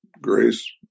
grace